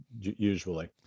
usually